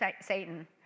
Satan